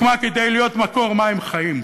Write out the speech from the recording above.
היא הוקמה כדי להיות מקור מים חיים,